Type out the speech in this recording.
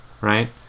right